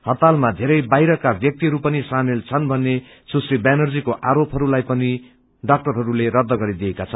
हड़तालमा धेरै बाहिरका ब्यक्तिहरू पनि सामेल छन् भन्ने सुश्री ब्यानर्जीको आरोपहरूलाई पनि डाक्टरहरूले रद्ध गरिदिएका छन्